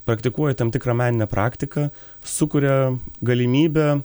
praktikuoji tam tikrą meninę praktiką sukuria galimybę